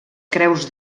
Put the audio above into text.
creus